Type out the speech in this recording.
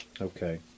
Okay